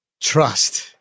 trust